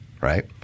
right